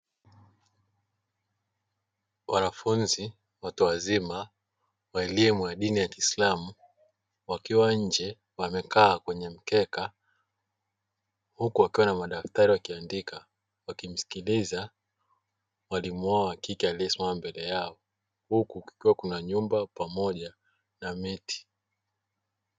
Wanafunzi watu wazima, wa elimu ya dini ya kiislamu, wakiwa nje wamekaa kwenye mkeka, huku wakiwa na madaftari wakiandika, wakimsikiliza mwalimu wao wa kike aliyesimama mbele yao, huku kukiwa kuna nyumba pamoja na miti.